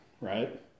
right